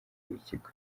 w’ikigo